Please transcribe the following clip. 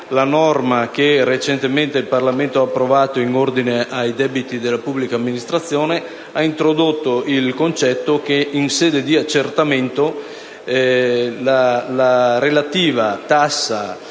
la norma che recentemente il Parlamento ha approvato in ordine ai debiti della pubblica amministrazione ha introdotto il concetto che in sede di accertamento la relativa tassa,